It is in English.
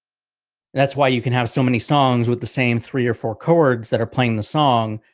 that's why you can have so many songs with the same three or four chords that are playing the song.